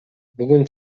бүгүн